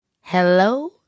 Hello